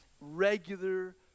Regular